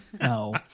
no